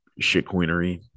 shitcoinery